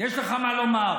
יש לך מה לומר?